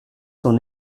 sont